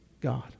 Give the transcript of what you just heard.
God